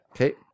Okay